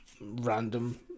random